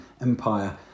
Empire